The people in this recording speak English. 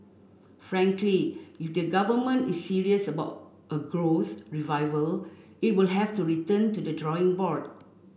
frankly if the government is serious about a growth revival it will have to return to the drawing board